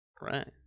Right